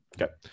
Okay